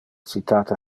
citate